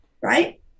Right